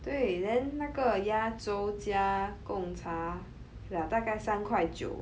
对 then 那个鸭粥加 Gong Cha 了大概三块九